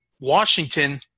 Washington